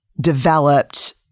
developed